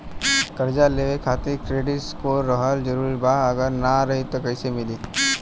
कर्जा लेवे खातिर क्रेडिट स्कोर रहल जरूरी बा अगर ना रही त कैसे मिली?